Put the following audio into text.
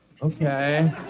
Okay